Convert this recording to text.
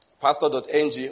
pastor.ng